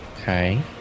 okay